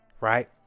right